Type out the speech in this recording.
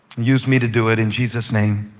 use me to do it. in jesus' name,